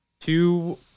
two